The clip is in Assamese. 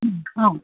অঁ